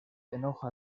enoja